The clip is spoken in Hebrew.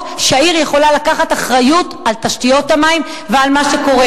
שהעיר יכולה לקחת אחריות על תשתיות המים ועל מה שקורה.